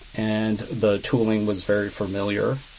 and the tooling was very familiar.